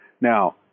Now